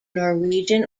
norwegian